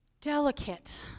delicate